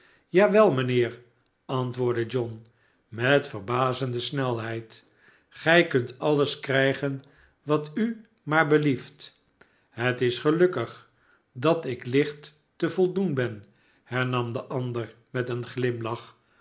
wel mijnheer antwoordde john met verbazende snelheid gij kunt alles krijgen wat u maar belieft het is gelukkig dat ik licht te voldoen ben hernam de ander met een glimlach